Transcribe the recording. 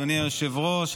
אדוני היושב-ראש,